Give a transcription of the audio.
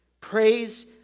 Praise